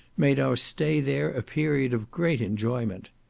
made our stay there a period of great enjoyment.